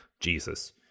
Jesus